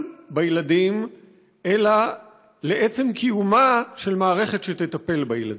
בילדים אלא לעצם קיומה של מערכת שתטפל בילדים.